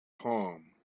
palm